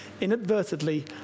inadvertently